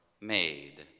made